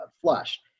flush